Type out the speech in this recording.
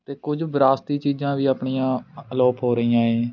ਅਤੇ ਕੁਝ ਵਿਰਾਸਤੀ ਚੀਜ਼ਾਂ ਵੀ ਆਪਣੀਆਂ ਅਲੋਪ ਹੋ ਰਹੀਆਂ ਏ